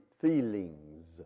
feelings